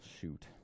shoot